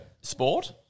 sport